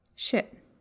Shit